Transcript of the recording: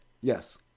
yes